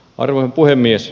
arvoisa puhemies